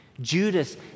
Judas